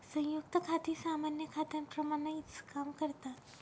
संयुक्त खाती सामान्य खात्यांप्रमाणेच काम करतात